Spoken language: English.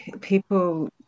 people